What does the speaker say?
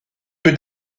peu